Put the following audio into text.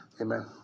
Amen